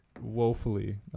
woefully